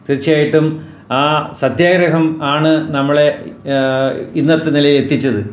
തീര്ച്ചയായിട്ടും ആ സത്യാഗ്രഹം ആണ് നമ്മളെ ഇന്നത്തെ നിലയിൽ എത്തിച്ചത്